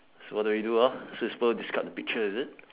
so what do we do ah so we're supposed to discuss the picture is it